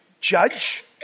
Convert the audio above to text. judge